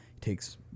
takes